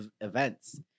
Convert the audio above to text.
events